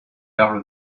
her